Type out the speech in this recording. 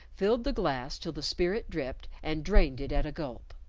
filled the glass till the spirit dripped, and drained it at a gulp.